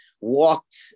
walked